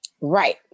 Right